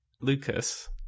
Lucas